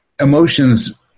emotions